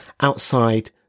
outside